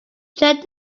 check